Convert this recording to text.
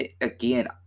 again